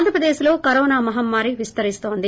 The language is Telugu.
ఆంధ్రప్రదేశ్లో కరోన మహమ్మారి విస్తరిస్తోంది